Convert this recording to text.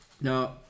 Now